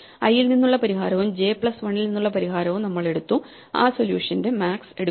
I ൽ നിന്നുള്ള പരിഹാരവും j പ്ലസ് 1 ൽ നിന്നുള്ള പരിഹാരവും നമ്മൾ എടുത്തു ആ സൊല്യൂഷന്റെ മാക്സ് എടുക്കുന്നു